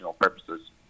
purposes